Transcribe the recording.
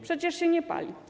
Przecież się nie pali.